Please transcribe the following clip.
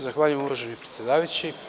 Zahvaljujem, uvaženi predsedavajući.